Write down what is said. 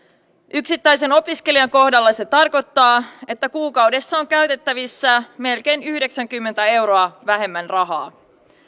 yksittäisen opiskelijan kohdalla se tarkoittaa että kuukaudessa on käytettävissä melkein yhdeksänkymmentä euroa vähemmän rahaa